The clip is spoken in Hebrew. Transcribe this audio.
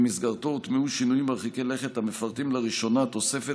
שבמסגרתו הוטמעו שינויים מרחיקי לכת המפרטים לראשונה תוספת